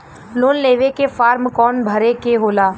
Loan लेवे के form कौन भरे के होला?